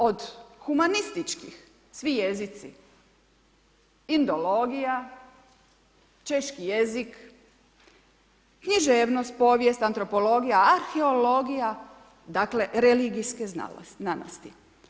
Od humanističkih, svi jezici, indologija, češki jezik, književnost, povijest, antropologija, arheologija, dakle religijske znanosti.